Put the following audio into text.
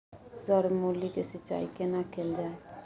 Sir मूली के सिंचाई केना कैल जाए?